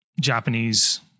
Japanese